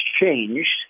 changed